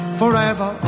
forever